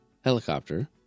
helicopter